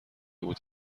بود